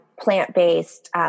Plant-based